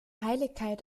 heiligkeit